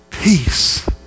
Peace